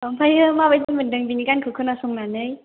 ओमफ्राय माबायदि मोनदों बिनि गानखौ खोनासंनानै